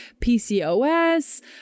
PCOS